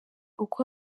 uko